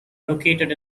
located